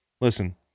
listen